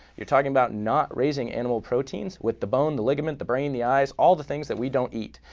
you're talking about not raising animal proteins with the bone, the ligament, the brain, the eyes all the things that we don't eat.